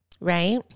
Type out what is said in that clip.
Right